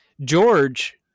George